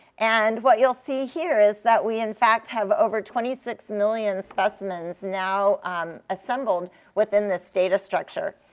and what you'll see here is that we in fact have over twenty six million specimens now assembled within this data structure.